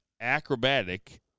acrobatic